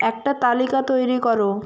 একটা তালিকা তৈরি করো